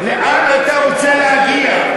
לאן אתה רוצה להגיע?